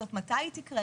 מתי היא תקרה,